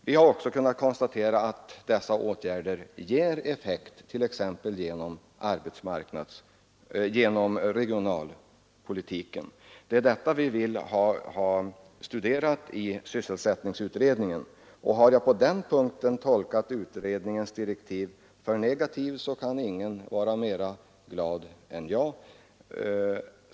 Vi har också kunnat konstatera att dessa åtgärder ger effekt, t.ex. genom regionalpolitiken. Det är de effekterna vi vill ha studerade i sysselsättningsutredningen. Har jag på den punkten tolkat utredningens direktiv för negativt kan ingen vara mer glad än jag.